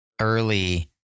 early